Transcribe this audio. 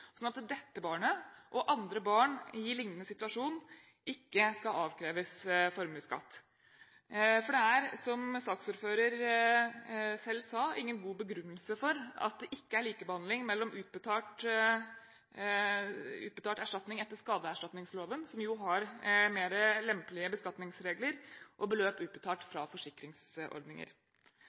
at dette barnet og andre barn i liknende situasjoner ikke skal avkreves formuesskatt. Det er, som saksordfører selv sa, ingen god begrunnelse for at det ikke er likebehandling mellom utbetalt erstatning etter skadeerstatningsloven, som har mer lempelige beskatningsregler, og beløp utbetalt fra forsikringsordninger.